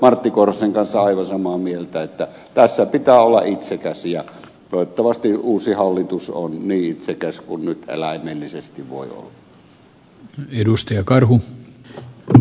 martti korhosen kanssa aivan samaa mieltä että tässä pitää olla itsekäs ja toivottavasti uusi hallitus on niin itsekäs kuin nyt eläimellisesti voi olla